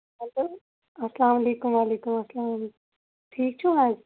hello اَسلام علیکُم وعلیکُم اَسلام ٹھیٖک چھِو حظ